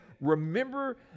remember